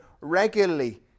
regularly